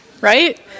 right